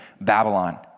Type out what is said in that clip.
Babylon